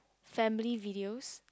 family videos